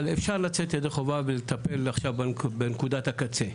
אבל אפשר לצאת לידי חובה ולטפל עכשיו בנקודת הקצה.